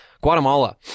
Guatemala